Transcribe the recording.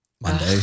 Monday